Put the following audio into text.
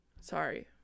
Sorry